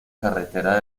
carretera